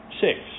six